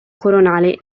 coronale